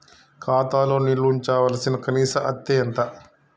ఖాతా లో నిల్వుంచవలసిన కనీస అత్తే ఎంత?